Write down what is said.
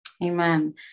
amen